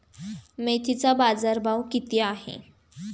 मेथीचा बाजारभाव किती आहे?